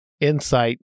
insight